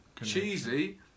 cheesy